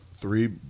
three